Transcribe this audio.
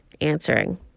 answering